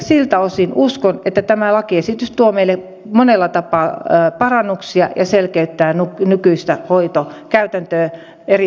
siltä osin uskon että tämä lakiesitys tuo meille monella tapaa parannuksia ja selkeyttää nykyistä hoitokäytäntöä eri tartuntatautien osalta